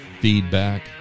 feedback